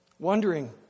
Wondering